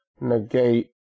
negate